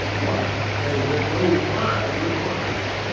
why, they would go wild with wonder!